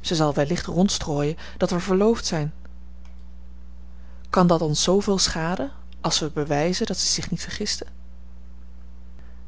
zij zal wellicht rondstrooien dat wij verloofd zijn kan dat ons zooveel schaden als wij bewijzen dat zij zich niet vergiste